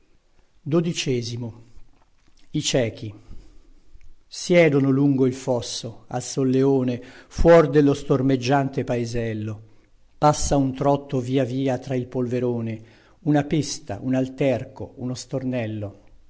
in pianto siedono lungo il fosso al solleone fuor dello stormeggiante paesello passa un trotto via via tra il polverone una pesta un alterco uno stornello